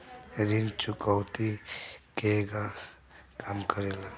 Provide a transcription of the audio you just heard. ऋण चुकौती केगा काम करेले?